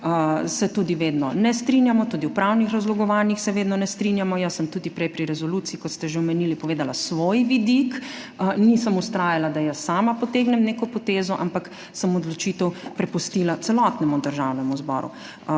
se tudi vedno ne strinjamo, tudi o pravnih razlogovanjih se vedno ne strinjamo. Jaz sem tudi prej pri resoluciji, kot ste že omenili, povedala svoj vidik, nisem vztrajala, da jaz sama potegnem neko potezo, ampak sem odločitev prepustila celotnemu državnemu zboru.